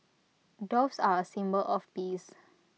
doves are A symbol of peace